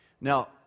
Now